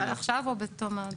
עכשיו או בתום?